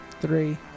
three